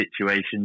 situations